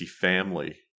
Family